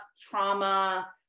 trauma